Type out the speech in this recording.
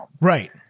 Right